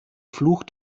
fluch